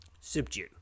subdue